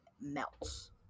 melts